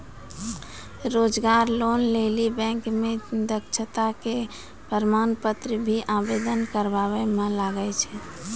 रोजगार लोन लेली बैंक मे दक्षता के प्रमाण पत्र भी आवेदन करबाबै मे लागै छै?